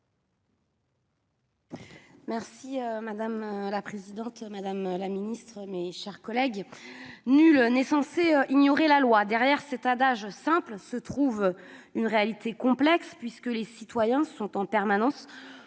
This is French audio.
Madame la présidente, madame la ministre, mes chers collègues, nul n'est censé ignorer la loi. Cet adage simple cache une réalité complexe, puisque les citoyens sont en permanence